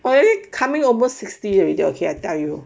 already coming over sixty already okay I tell you